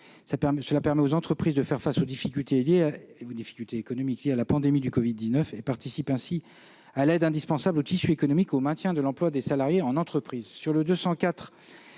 cas, permet aux entreprises de faire face aux difficultés économiques liées à la pandémie de Covid-19 et participe ainsi de l'aide indispensable au tissu économique et au maintien de l'emploi des salariés en entreprise.